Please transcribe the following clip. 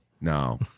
No